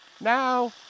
Now